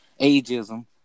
ageism